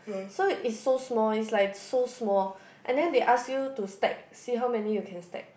so it's so small is like so small and then they ask you to stack see how many you can stack